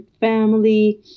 family